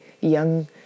young